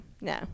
no